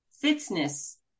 fitness